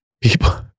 People